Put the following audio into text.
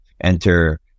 enter